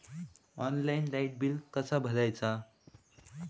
Online light bill कसा भरायचा?